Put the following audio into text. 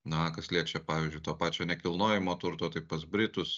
na kas liečia pavyzdžiui to pačio nekilnojamo turto tai pas britus